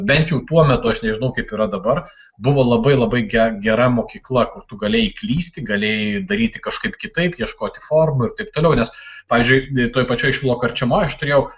bent jau tuo metu aš nežinau kaip yra dabar buvo labai labai ge gera mokykla kur tu galėjai klysti galėjai daryti kažkaip kitaip ieškoti formų ir taip toliau nes pavyzdžiui toj pačioj šilo karčemoj aš turėjau